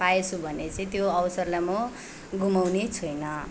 पाएछु भने चाहिँ त्यो अवसरलाई म गुमाउने छुइनँ